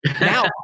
now